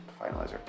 Finalizer